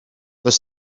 does